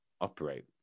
operate